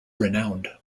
renowned